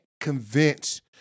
convince